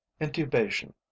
intubation